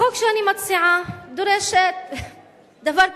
החוק שאני מציעה דורש דבר פשוט,